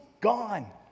gone